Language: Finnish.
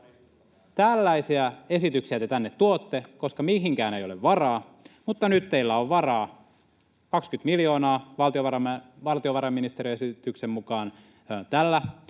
Tällaisia esityksiä te tänne tuotte, koska mihinkään ei ole varaa, mutta nyt teillä on varaa 20 miljoonaa valtiovarainministeriön esityksen mukaan tällä